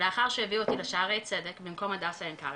לאחר שהביאו אותי לשערי צדק במקום הדסה עין כרם,